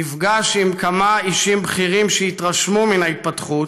נפגש עם כמה אישים בכירים, שהתרשמו מן ההתפתחות,